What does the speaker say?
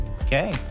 okay